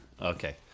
Okay